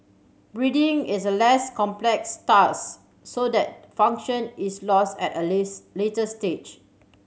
breathing is a less complex task so that function is lost at a less later stage